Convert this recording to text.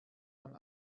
man